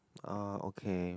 uh okay